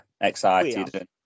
excited